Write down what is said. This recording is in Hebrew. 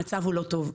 המצב הוא לא טוב,